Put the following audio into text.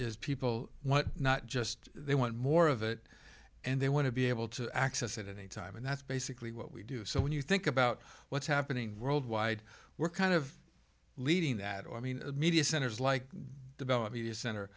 is people what not just they want more of it and they want to be able to access it anytime and that's basically what we do so when you think about what's happening worldwide we're kind of leading that i mean the media centers like develop media center